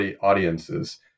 audiences